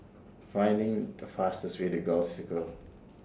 finding The fastest Way to Gul Circle